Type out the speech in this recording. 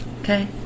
Okay